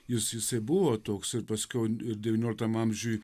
jis jisai buvo toks ir paskiau ir devynioliktam amžiui